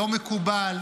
לא מקובל,